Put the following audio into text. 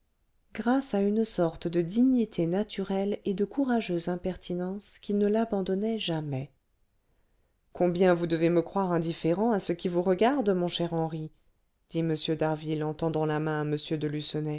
grâce à une sorte de dignité naturelle et de courageuse impertinence qui ne l'abandonnait jamais combien vous devez me croire indifférent à ce qui vous regarde mon cher henri dit m d'harville en tendant la main